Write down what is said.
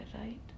right